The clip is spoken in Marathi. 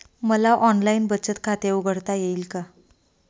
मला ऑनलाइन बचत खाते उघडता येईल का?